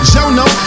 Jono